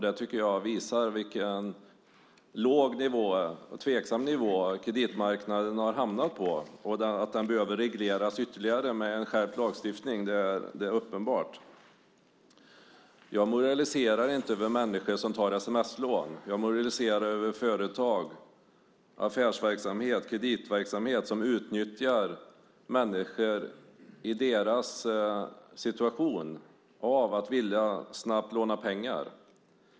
Det tycker jag visar vilken låg och tveksam nivå som kreditmarknaden har hamnat på. Att den behöver regleras ytterligare genom en skärpt lagstiftning är uppenbart. Jag moraliserar inte över människor som tar sms-lån. Jag moraliserar över företag, affärsverksamhet och kreditverksamhet som utnyttjar människor som befinner sig i en situation att de snabbt vill låna pengar.